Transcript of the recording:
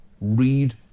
Read